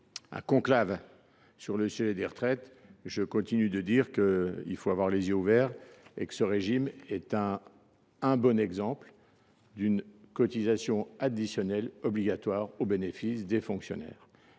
été convoqué au sujet des retraites, je continue de dire qu’en la matière il faut garder les yeux ouverts : ce régime est un bon exemple d’une cotisation additionnelle obligatoire au bénéfice des fonctionnaires.